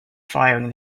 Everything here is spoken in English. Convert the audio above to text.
firing